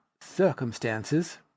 circumstances